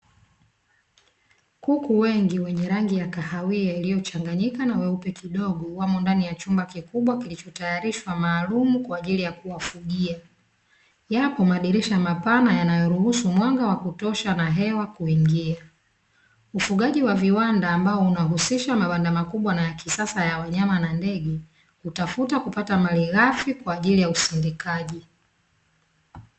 Kuku wengi wenye rangi ya kahawia iliyochanganyika na weupe kidogo wamo ndani ya chumba kikubwa kilichotayarishwa maalum kwa ajili ya kuwafugia. Yapo madirisha mapana yanayoruhusu mwanga wa kutosha na hewa kuingia. Ufungaji wa viwanda ambao unahusisha mabanda makubwa na ya kisasa ya wanyama na ndege hutafuta kupata malighafi kwa ajili ya usindikaji.